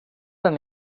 den